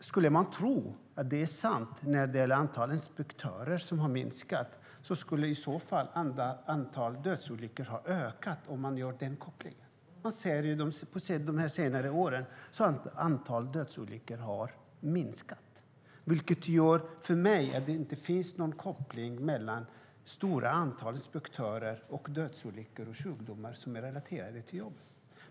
När det gäller resonemanget om antalet inspektörer, som har minskat, vill jag säga något. Om man gör den här kopplingen skulle antalet dödsolyckor ha ökat. Under senare år har antalet dödsolyckor minskat. För mig finns det inte en koppling mellan ett stort antal inspektörer och dödsolyckor och sjukdomar som är relaterade till jobb.